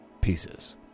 pieces